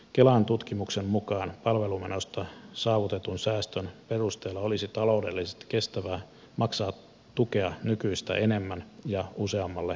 kelan tutkimuksen mukaan palvelumenoista saavutetun säästön perusteella olisi taloudellisesti kestävää maksaa tukea nykyistä enemmän ja useammalle omaistaan hoitavalle